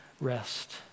rest